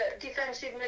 Defensive